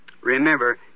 Remember